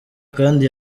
kandi